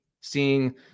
Seeing